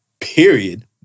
Period